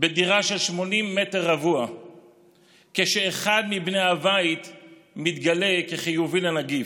בדירה של 80 מ"ר כשאחד מבני הבית מתגלה כחיובי לנגיף,